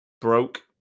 broke